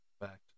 fact